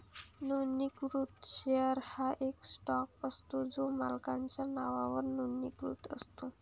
नोंदणीकृत शेअर हा एक स्टॉक असतो जो मालकाच्या नावावर नोंदणीकृत असतो